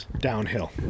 Downhill